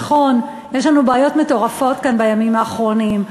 נכון, יש לנו בעיות מטורפות כאן בימים האחרונים: